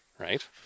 right